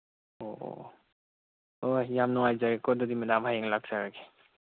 ꯑꯣ ꯑꯣ ꯍꯣꯏ ꯌꯥꯝ ꯅꯨꯡꯉꯥꯏꯖꯔꯦꯀꯣ ꯑꯗꯨꯗꯤ ꯃꯦꯗꯥꯝ ꯍꯌꯦꯡ ꯂꯥꯛꯆꯔꯒꯦ